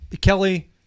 Kelly